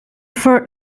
third